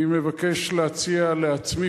אני מבקש להציע לעצמי,